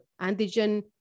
antigen